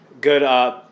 good